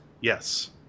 yes